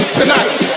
tonight